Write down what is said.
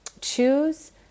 choose